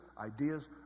ideas